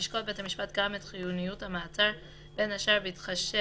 ישקול בית המשפט גם את חיוניות המעצר בין השאר בהתחשב